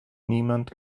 niemand